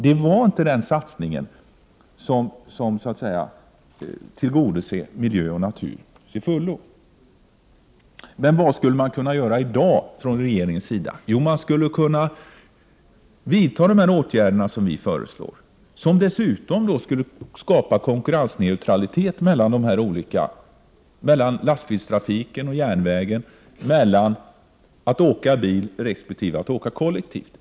Det är inte en satsning som till fullo tar hänsyn till miljö och natur. Men vad skulle regeringen kunna göra i dag? Jo, man skulle kunna vidta de åtgärder som vi föreslår, åtgärder som också skulle skapa konkurrensneutralitet mellan lastbilstrafiken och järnvägstrafiken, mellan att åka bil och att åka kollektivt.